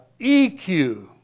EQ